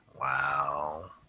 Wow